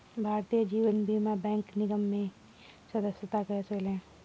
भारतीय जीवन बीमा निगम में सदस्यता कैसे लें?